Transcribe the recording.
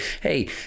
hey